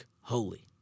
holy